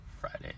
Friday